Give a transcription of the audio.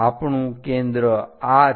આપણું કેન્દ્ર આ છે